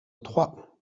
trois